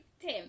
Tim